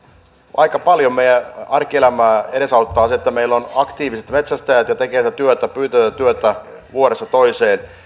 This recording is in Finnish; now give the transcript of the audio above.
aika paljon meidän arkielämäämme edesauttaa se että meillä on aktiiviset metsästäjät jotka tekevät tätä työtä pyyteetöntä työtä vuodesta toiseen